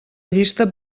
llista